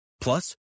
Plus